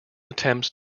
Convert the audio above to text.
attempts